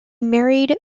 married